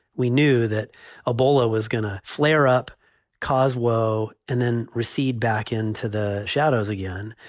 we knew that ebola was going to flare up cause. whoa! and then recede back into the shadows again.